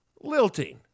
lilting